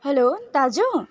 hello दाजु